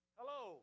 Hello